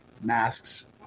masks